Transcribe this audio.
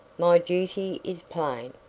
my duty is plain.